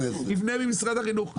אבנה ממשרד החינוך'.